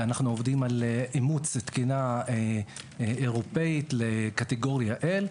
אנו עובדים על אימוץ תקינה אירופאית לקטגוריה L,